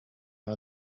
one